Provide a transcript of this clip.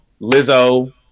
Lizzo